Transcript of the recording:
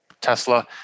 Tesla